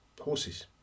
horses